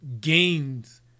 gains